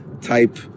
type